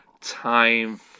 time